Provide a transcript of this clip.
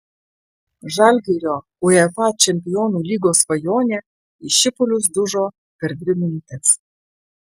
žalgirio uefa čempionų lygos svajonė į šipulius dužo per dvi minutes